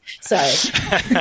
Sorry